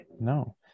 No